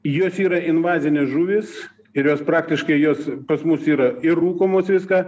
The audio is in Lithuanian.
jos yra invazinės žuvys ir jos praktiškai jos pas mus yra ir rūkomos viską